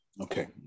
Okay